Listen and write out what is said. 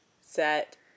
set